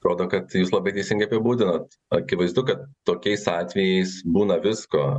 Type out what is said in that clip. atrodo kad jūs labai teisingai apibūdinot akivaizdu kad tokiais atvejais būna visko